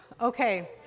okay